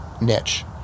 niche